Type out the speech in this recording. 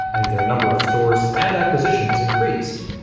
and their number of stores and acquisitions increased.